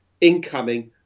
incoming